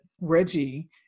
Reggie